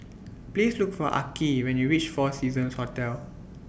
Please Look For Arkie when YOU REACH four Seasons Hotel